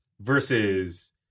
versus